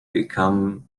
become